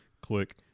Click